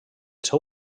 seu